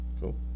Cool